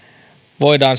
voidaan siis